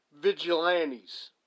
vigilantes